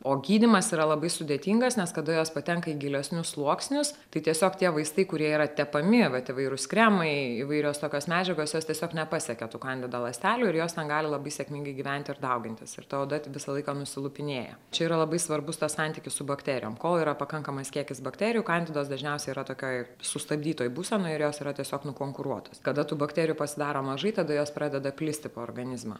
o gydymas yra labai sudėtingas nes kada jos patenka į gilesnius sluoksnius tai tiesiog tie vaistai kurie yra tepami vat įvairūs kremai įvairios tokios medžiagos jos tiesiog nepasiekia tų kandida ląstelių ir jos ten gali labai sėkmingai gyventi ir daugintis ir tavo oda visą laiką nusilupinėja čia yra labai svarbus tas santykis su bakterijom kol yra pakankamas kiekis bakterijų kandidos dažniausiai yra tokioj sustabdytoj būsenoj ir jos yra tiesiog nukonkuruotos kada tų bakterijų pasidaro mažai tada jos pradeda plisti po organizmą